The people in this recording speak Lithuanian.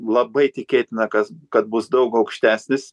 labai tikėtina kas kad bus daug aukštesnis